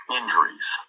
injuries